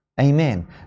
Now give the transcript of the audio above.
Amen